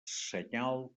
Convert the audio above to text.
senyal